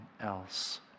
else